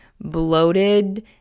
bloated